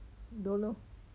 don't know